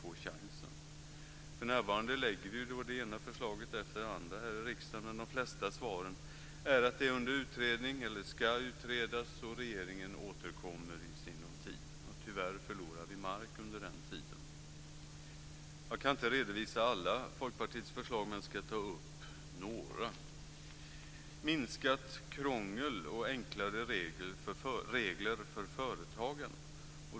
Vi lägger för närvarande fram det ena förslaget efter det andra här i riksdagen, men de flesta svaren är att förslagen är under utredning eller ska utredas och att regeringen återkommer i sinom tid. Tyvärr förlorar vi mark under den tiden. Jag kan inte redovisa alla Folkpartiets förslag men ska ta upp några. Vi föreslår minskat krångel och enklare regler för företagen.